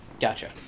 Gotcha